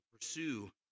pursue